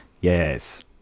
Yes